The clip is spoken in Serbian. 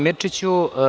Mirčiću.